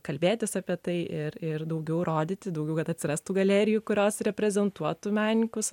kalbėtis apie tai ir ir daugiau rodyti daugiau kad atsirastų galerijų kurios reprezentuotų menininkus